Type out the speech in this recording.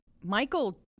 Michael